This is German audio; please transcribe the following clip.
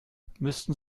müssten